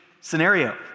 scenario